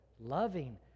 loving